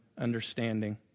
understanding